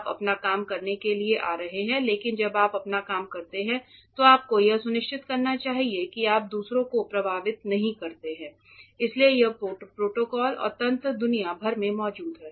आप अपना काम करने के लिए आ रहे हैं लेकिन जब आप अपना काम करते हैं तो आपको यह सुनिश्चित करना चाहिए कि आप दूसरों को प्रभावित नहीं करते हैं इसलिए ये प्रोटोकॉल और तंत्र दुनिया भर में मौजूद हैं